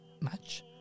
match